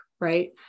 right